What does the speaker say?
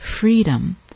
freedom